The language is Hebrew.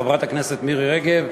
חברת הכנסת מירי רגב,